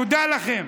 תודה לכם.